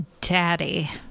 Daddy